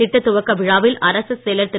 திட்டத் துவக்க விழாவில் அரசுச் செயலர் திரு